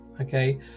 okay